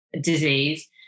disease